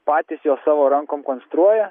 patys juos savo rankom konstruoja